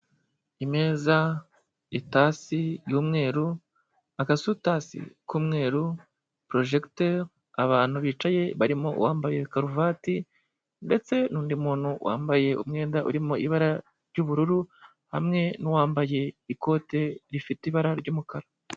Imeza, itasi y'umweru, agasutasi k'umweru, projecteur, abantu bicaye barimo uwambaye karuvati ndetse n"undi muntu wambaye umwenda urimo ibara ry'ubururu hamwe n'uwambaye ikote rifite ibara ry'umukara.